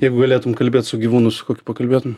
jeigu galėtum kalbėt su gyvūnu su kokiu pakalbėtum